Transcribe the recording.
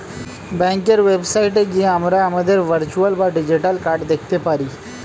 ব্যাঙ্কের ওয়েবসাইটে গিয়ে আমরা আমাদের ভার্চুয়াল বা ডিজিটাল কার্ড দেখতে পারি